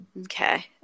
okay